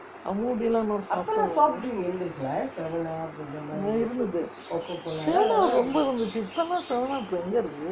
அம்முகுட்டிலாம் இருந்தது:ammukuttilaam irunthathu seven up ரொம்ப இருந்துச்சு இப்பே லாம்:romba irunthuchu ippae laam seven up எங்கே இருக்கு:engae irukku